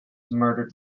murdered